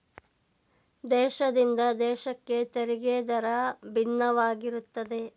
ದೇಶದಿಂದ ದೇಶಕ್ಕೆ ತೆರಿಗೆ ದರ ಭಿನ್ನವಾಗಿರುತ್ತದೆ